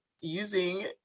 using